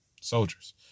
soldiers